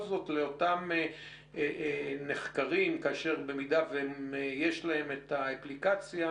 זאת לאותם נחקרים כאשר במידה ויש להם את האפליקציה,